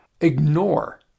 ignore